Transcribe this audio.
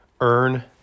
Earn